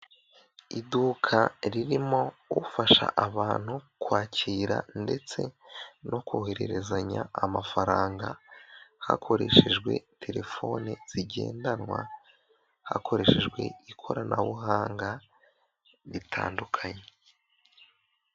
Iduka ririmo ufasha abantu kwakira ndetse no kohererezanya amafaranga, hakoreshejwe telefone zigendanwa, hakoreshejwe ikoranabuhanga ritandukanye.